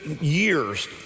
years